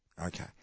Okay